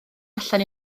allan